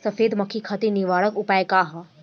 सफेद मक्खी खातिर निवारक उपाय का ह?